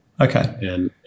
Okay